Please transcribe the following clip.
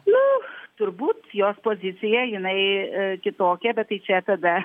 na turbūt jos pozicija jinai kitokia bet tai čia tada